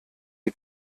die